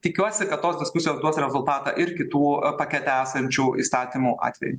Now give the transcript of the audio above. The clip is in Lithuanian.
tikiuosi kad tos diskusijos duos rezultatą ir kitų pakete esančių įstatymų atveju